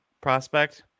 prospect